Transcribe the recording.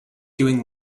doing